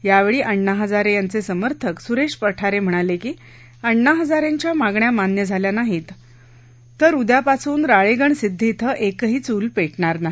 यावेळी अण्णा हजारे यांचे समर्थक सुरेश पठारे म्हणाले की अण्णा हजारेंच्या मागण्या मान्य झाल्या नाहीत तरस उद्यापासून राळेगण सिद्धी इथं एकही चूल पेटणार नाही